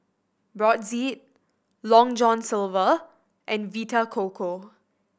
Brotzeit Long John Silver and Vita Coco